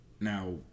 Now